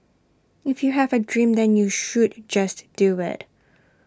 if you have A dream then you should just do IT